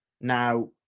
Now